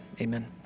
amen